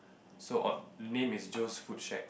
so odd the name is Jones food shack